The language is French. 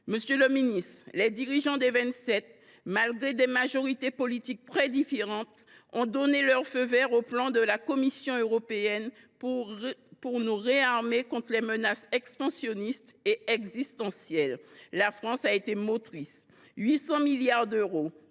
Monsieur le ministre, les dirigeants des Vingt Sept, soutenus par des majorités politiques très différentes, ont donné leur feu vert au plan de la Commission européenne pour nous réarmer contre les menaces expansionnistes et existentielles. La France a été motrice. Ce sont 800 milliards d’euros